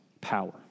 power